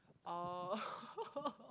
oh